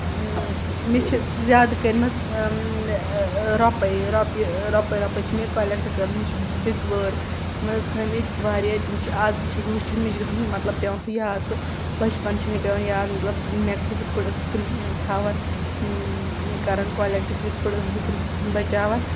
مےٚ چھِ زیادٕ کَرِمَژٕ رۄپاے رۄپیہِ رۄپاے رۄپاے چھِ مےٚ کَلیٚکٹ کٔرمٕژ مےٚ چھِ بِگوٲر منٛز تھٔومٕتۍ واریاہ تِم چھِ اَز تہِ چھس بہٕ وٕچھان مےٚ چھِ گژھان مطلب پیٚوان سُہ یاد سُہ بَچپَن چھِ مےٚ پیٚوان یاد مطلب مےٚ بہٕ کِتھ پٲٹھۍ ٲسٕس تِم تھَوان کَران کوٚلیٚکٹ یِتھ پٲٹھۍ ٲسٕس بہٕ تِم بَچاوان